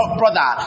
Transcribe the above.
brother